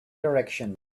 direction